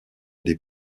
des